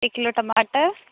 ایک کلو ٹماٹر